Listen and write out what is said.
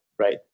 Right